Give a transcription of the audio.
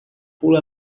pula